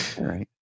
right